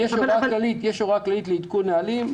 יש הוראה כללית לגבי עדכון נהלים.